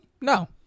no